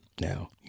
Now